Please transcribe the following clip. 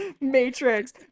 matrix